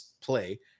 play